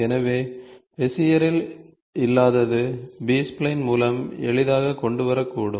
எனவே பெசியரில் இல்லாதது பி ஸ்ப்லைன் மூலம் எளிதாக கொண்டு வரக்கூடும்